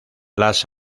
las